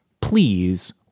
please